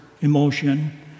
emotion